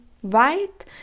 white